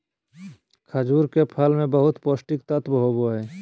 खजूर के फल मे बहुत पोष्टिक तत्व होबो हइ